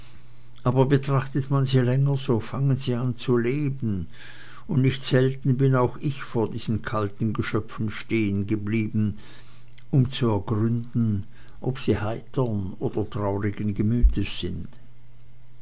aber betrachtet man sie länger so fangen sie an zu leben und nicht selten bin auch ich vor diesen kalten geschöpfen stehengeblieben um zu ergründen ob sie heitern oder traurigen gemütes sind